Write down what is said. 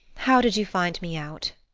how did you find me out?